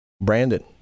Brandon